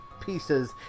pieces